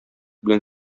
белән